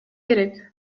керек